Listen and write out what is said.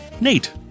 Nate